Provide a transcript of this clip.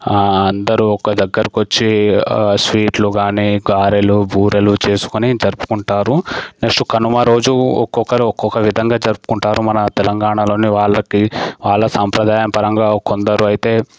అందరూ ఒక దగ్గరకి వచ్చి స్వీట్లు కానీ గారెలు బూరెలు చేసుకొని జరుపుకుంటారు నెక్స్ట్ కనుమ రోజు ఒక్కొక్కరు ఒక్కొక్క విధంగా జరుపుకుంటారు మన తెలంగాణలోని వాళ్ళకి వాళ్ళ సంప్రదాయపరంగా కొందరు అయితే